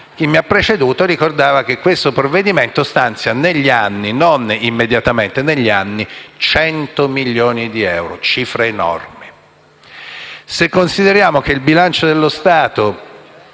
chi mi ha preceduto ricordava che questo provvedimento stanzia negli anni, non immediatamente, 100 milioni di euro. Una cifra enorme!